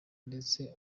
ndetse